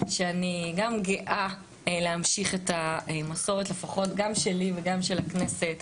שאני גם גאה להמשיך את המסורת לפחות גם שלי וגם של הכנסת,